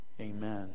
Amen